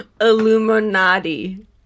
Illuminati